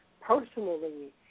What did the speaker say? personally